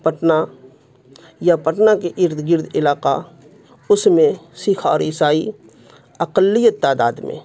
پٹنہ یا پٹنہ کے ارد گرد علاقہ اس میں سکھ اور عیسائی اقلیت تعداد میں